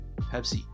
Pepsi